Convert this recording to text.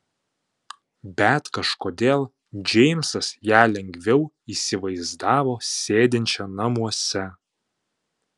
bet kažkodėl džeimsas ją lengviau įsivaizdavo sėdinčią namuose